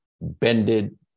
bended